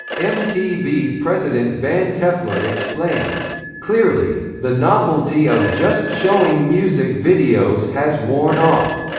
mtv president van toeffler explained clearly, the novelty of just showing music videos has worn off.